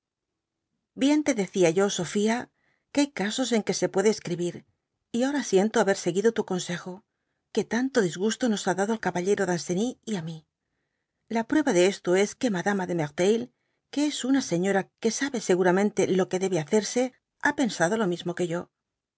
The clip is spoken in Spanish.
te decía yo so ia que hay casos en que ae puede escribir y ahora siento haber seguido tti consejo que tanto disgusto nos ha dado al caballero danoeny y á mi la prueba de esto es que madama de merteuil que es una señora que sabe seguramente lo que debe hacerse ha pensado lo mismo que yo